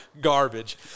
garbage